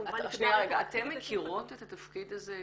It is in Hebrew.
אתן מכירות את התפקיד הזה,